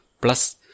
plus